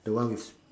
the one with